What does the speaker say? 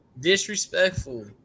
Disrespectful